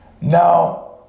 Now